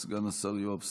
סגן השר יואב סגלוביץ',